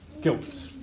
guilt